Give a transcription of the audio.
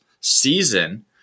season